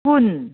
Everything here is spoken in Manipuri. ꯀꯨꯟ